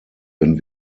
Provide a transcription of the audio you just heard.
wenn